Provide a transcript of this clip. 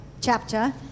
chapter